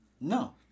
No